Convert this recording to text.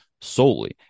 solely